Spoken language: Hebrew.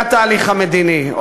והתהליך המדיני,